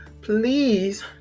please